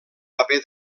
paper